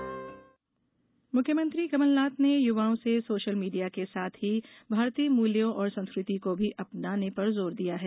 CM Lodhi सम्मेलन मुख्यमंत्री कमलनाथ ने युवाओं से सोशल मीडिया के साथ ही भारतीय मूल्यों और संस्कृति को भी अपनाने पर जोर दिया है